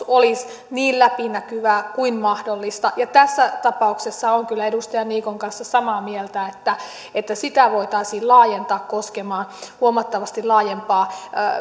olisi niin läpinäkyvää kuin mahdollista tässä tapauksessa olen kyllä edustaja niikon kanssa samaa mieltä että että sitä voitaisiin laajentaa koskemaan huomattavasti laajempaa